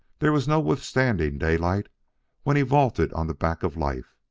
there was no withstanding daylight when he vaulted on the back of life,